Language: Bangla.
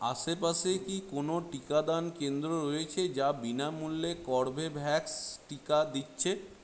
আশেপাশে কি কোনও টিকাদান কেন্দ্র রয়েছে যা বিনামূল্যে কর্বেভ্যাক্স টিকা দিচ্ছে